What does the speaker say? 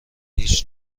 هیچ